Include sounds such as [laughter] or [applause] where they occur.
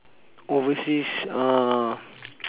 overseas uh [noise]